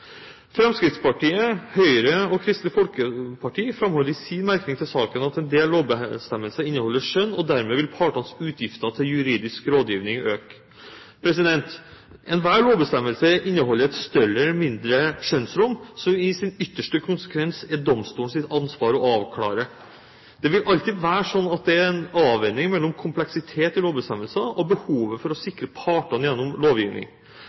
Fremskrittspartiet, Høyre og Kristelig Folkeparti framholder i sin merknad til saken at en del lovbestemmelser inneholder skjønn, og dermed vil partenes utgifter til juridisk rådgivning øke. Enhver lovbestemmelse inneholder et større eller mindre rom for skjønn, som det i sin ytterste konsekvens er domstolenes ansvar å avklare. Det vil alltid være slik at det er en avveining mellom kompleksitet i lovbestemmelser og behovet for å sikre partene gjennom lovgivning.